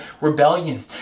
rebellion